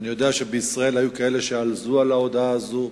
אני יודע שבישראל היו כאלה שעלזו על ההודעה הזאת,